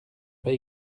pas